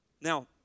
Now